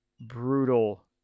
brutal